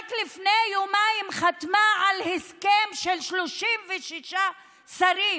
שרק לפני יומיים חתמה על הסכם של 36 שרים